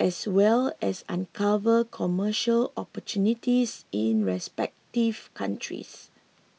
as well as uncover commercial opportunities in the respective countries